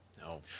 No